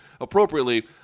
appropriately